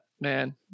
man